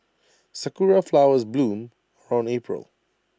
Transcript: Sakura Flowers bloom around April